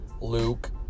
Luke